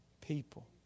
people